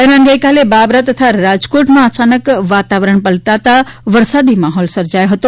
દરમિયાન ગઇકાલે બાબરા તથા રાજકોટમાં અચાનક વાતાવરણ પલટાના વરસાદી માહોલ સર્જોયો હતો